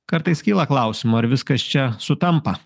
kartais kyla klausimų ar viskas čia sutampa